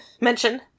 mention